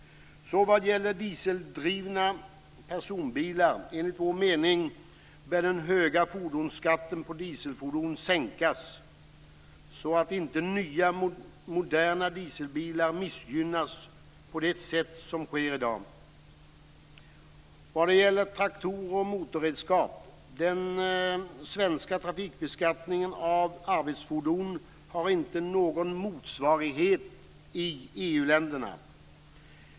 Dieseldrivna personbilar: Enligt vår mening bör den höga fordonsskatten på dieselfordon sänkas så att inte nya moderna dieselbilar missgynnas på det sätt som sker i dag. Mom. 11 gäller traktorer och motorredskap. Den svenska trafikbeskattningen av arbetsfordon har inte någon motsvarighet inom EU-länderna.